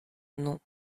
non